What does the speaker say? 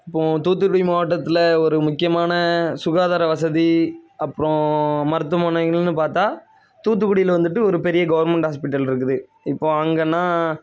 இப்போது தூத்துக்குடி மாவட்டத்தில் ஒரு முக்கியமான சுகாதார வசதி அப்புறோம் மருத்துவமனைகள்னு பார்த்தா தூத்துக்குடியில் வந்துட்டு ஒரு பெரிய கவுர்மெண்ட் ஹாஸ்பிட்டல் இருக்குது இப்போது அங்கேனா